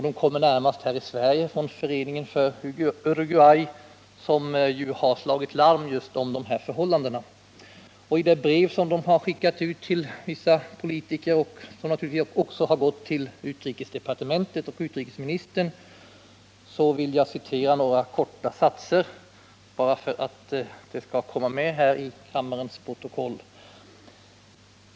De kommer närmast här i Sverige från Föreningen Uruguay, som har slagit larm om just dessa förhållanden. Från det brev som föreningen har skickat till vissa politiker och som naturligtvis också har gått till utrikesdepartementet och utrikesministern vill jag citera några korta satser för att de skall komma med i kammarens protokoll.